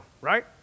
right